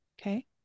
okay